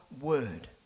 word